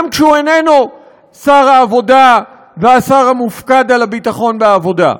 גם כשהוא איננו שר העבודה והשר המופקד על הביטחון בעבודה.